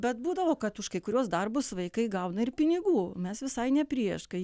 bet būdavo kad už kai kuriuos darbus vaikai gauna ir pinigų mes visai ne prieš kai